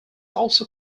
also